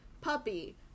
Puppy